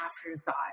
afterthought